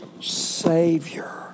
Savior